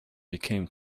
became